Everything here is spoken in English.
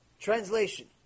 Translation